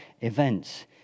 events